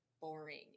boring